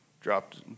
dropped